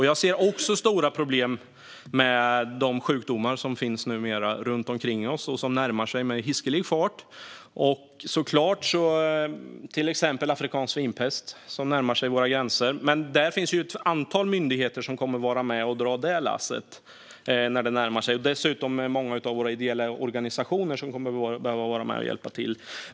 Jag ser också stora problem med de sjukdomar som numera finns runt omkring oss och som närmar sig med hiskelig fart. Ett exempel är afrikansk svinpest, som närmar sig våra gränser. Det finns dock ett antal myndigheter som kommer att vara med och dra det lasset när det närmar sig. Dessutom kommer många av våra ideella organisationer att behöva vara med och hjälpa till.